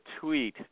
tweet